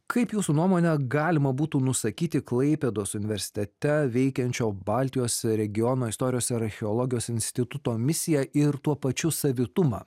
kaip jūsų nuomone galima būtų nusakyti klaipėdos universitete veikiančio baltijos regiono istorijos ir archeologijos instituto misiją ir tuo pačiu savitumą